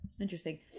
interesting